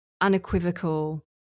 unequivocal